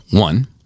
One